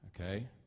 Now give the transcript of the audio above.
okay